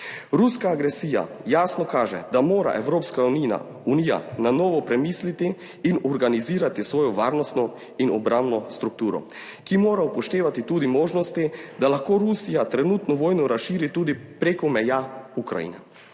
Ruska agresija jasno kaže, da mora Evropska Unija na novo premisliti in organizirati svojo varnostno in obrambno strukturo, ki mora upoštevati tudi možnosti, da lahko Rusija trenutno vojno razširi tudi preko meja Ukrajine,